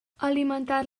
alimentar